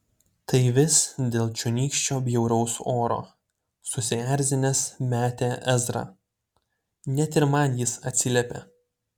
tai vis dėl čionykščio bjauraus oro susierzinęs metė ezra net ir man jis atsiliepia